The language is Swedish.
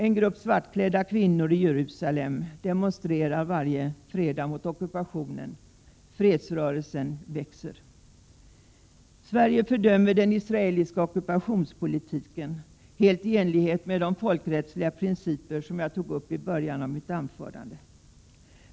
En grupp svartklädda kvinnor i Jerusalem demonstrerar varje fredag mot ockupationen. Fredsrörelsen växer. Sverige fördömer den israeliska ockupationspolitiken — helt i enlighet med de folkrättsliga principer som jag tog upp i början av mitt anförande.